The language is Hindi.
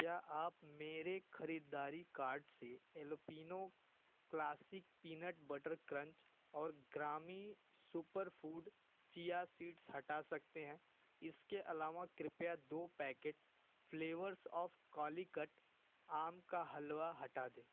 क्या आप मेरे ख़रीदारी कार्ट से Alpino classic peanut butter crunch और ग्रामी सुपरफ़ूड चिया सीड्स हटा सकते हैं इसके अलावा कृपया दो पैकेट फ्लेवर्स ऑफ़ कालीकट आम का हलवा हटा दें